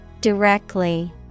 Directly